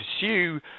pursue